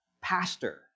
pastor